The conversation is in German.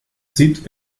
sieht